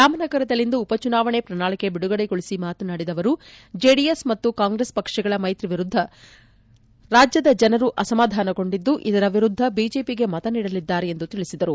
ರಾಮನಗರದಲ್ಲಿಂದು ಉಪಚುನಾವಣೆ ಪ್ರಣಾಳಿಕೆ ಬಿಡುಗಡೆಗೊಳಿಸಿ ಮಾತನಾಡಿದ ಅವರು ಜೆಡಿಎಸ್ ಮತ್ತು ಕಾಂಗ್ರಸ್ ಪಕ್ಷಗಳ ಮೈತ್ರಿ ವಿರುದ್ದ ರಾಜ್ಯದ ಜನರು ಅಸಮಾಧಾನಗೊಂಡಿದ್ದು ಇದರ ವಿರುದ್ದ ಬಿಜೆಪಿಗೆ ಮತನೀಡಲಿದ್ದಾರೆ ಎಂದು ತಿಳಿಸಿದರು